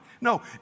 No